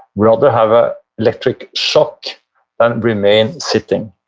rather have ah electric shock, then remain sitting.